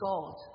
God